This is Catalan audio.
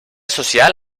social